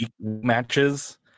matches